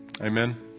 Amen